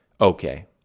okay